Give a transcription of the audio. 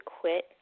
quit